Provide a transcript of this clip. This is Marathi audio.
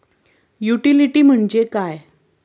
युटिलिटी म्हणजे काय?